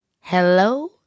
Hello